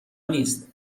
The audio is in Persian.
نیست